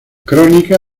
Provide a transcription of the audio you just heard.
crónica